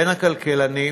בין הכלכלנים.